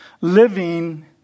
Living